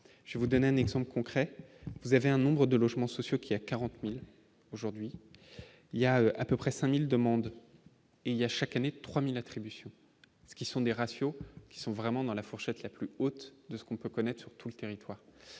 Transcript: je vous donne un exemple concret : vous avez un nombre de logements sociaux, qui a 40000 aujourd'hui, il y a à peu près 5000 demandes et il y a chaque année 3000 attributions, ceux qui sont des ratios qui sont vraiment dans la fourchette la plus haute de ce qu'on peut connaître sur tout le territoire